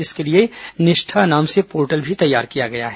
इसके लिए निष्ठा नाम से पोर्टल भी तैयार किया गया है